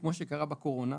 כמו שקרה בקורונה,